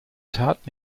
tat